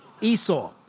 Esau